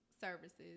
services